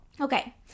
Okay